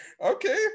okay